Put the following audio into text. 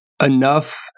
enough